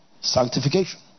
Sanctification